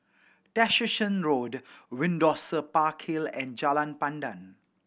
Tessensohn Road Windsor Park Hill and Jalan Pandan